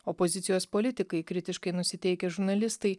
opozicijos politikai kritiškai nusiteikę žurnalistai